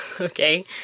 Okay